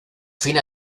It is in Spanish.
fin